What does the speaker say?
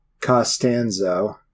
Costanzo